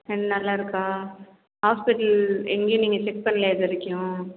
ரெண்டு நாளாக இருக்கா ஹாஸ்பிட்டல் எங்கேயும் நீங்கள் செக் பண்ணலியா இது வரைக்கும்